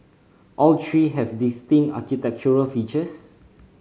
all three has distinct architectural features